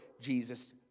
Jesus